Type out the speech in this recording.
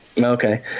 Okay